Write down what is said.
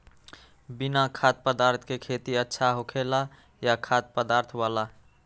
बिना खाद्य पदार्थ के खेती अच्छा होखेला या खाद्य पदार्थ वाला?